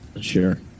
Sure